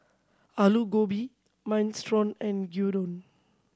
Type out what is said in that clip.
Alu Gobi Minestrone and Gyudon